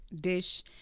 dish